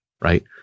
Right